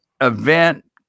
event